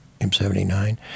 M79